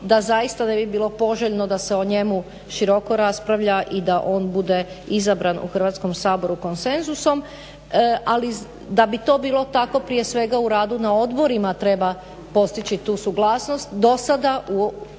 da zaista ne bi bilo poželjno da se o njemu široko raspravlja i da on bude izabran u Hrvatskom saboru konsenzusom. Ali da bi to bilo tako prije svega u radu na odborima treba postići tu suglasnost.